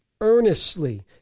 earnestly